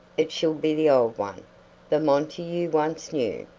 it shall be the old one the monty you once knew.